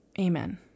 Amen